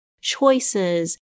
choices